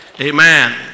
Amen